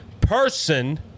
person